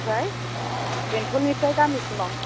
ओमफ्राय बेंटलनिफ्राय गामिसिमआव